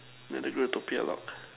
talking aloud